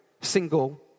single